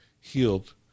healed